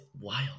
wild